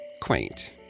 quaint